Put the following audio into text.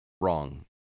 wrong